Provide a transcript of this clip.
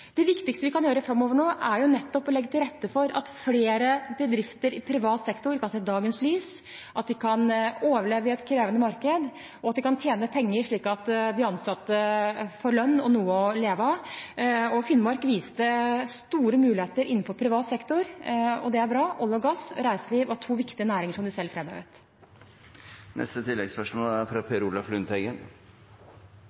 Det viktigste vi kan gjøre framover nå, er nettopp å legge til rette for at flere bedrifter i privat sektor kan se dagens lys, at de kan overleve i et krevende marked, og at de kan tjene penger, slik at de ansatte får lønn og noe å leve av. Finnmark viste store muligheter innenfor privat sektor, og det er bra. Olje og gass og reiseliv var to viktige næringer som de selv framhevet. Per Olaf Lundteigen – til oppfølgingsspørsmål. Fakta er